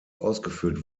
ausgeführt